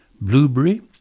Blueberry